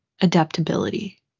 adaptability